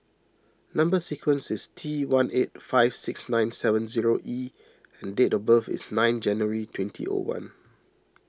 Number Sequence is T one eight five six nine seven zero E and date of birth is nine January twenty O one